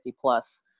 plus